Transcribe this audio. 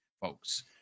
folks